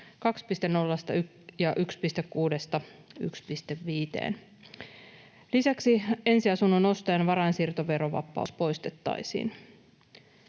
ja 1,6:sta 1,5:een. Lisäksi ensiasunnon ostajan varainsiirtoverovapaus poistettaisiin.